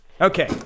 Okay